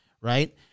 right